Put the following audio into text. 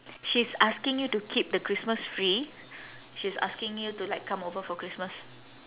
she's asking you to keep the christmas free she's asking you to like come over for christmas